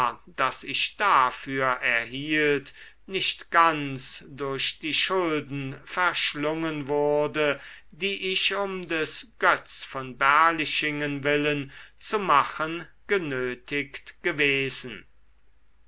das ich dafür erhielt nicht ganz durch die schulden verschlungen wurde die ich um des götz von berlichingen willen zu machen genötigt gewesen